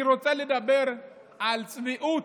אני רוצה לדבר על צביעות,